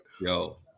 yo